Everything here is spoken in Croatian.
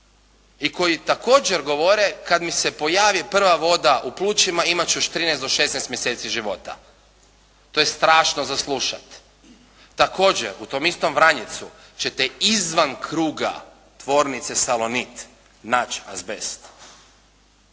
i koji također govore kad mi se pojavi prva voda u plućima imat ću još 13 do 16 mjeseci života. To je strašno za slušati. Također u tom istom Vranjicu ćete izvan kruga tvornice Salonit naći azbest.